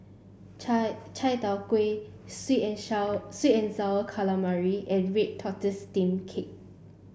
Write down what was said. Chai Chai Tow Kuay sweet and sour sweet and sour calamari and Red Tortoise Steamed Cake